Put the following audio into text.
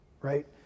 right